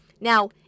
Now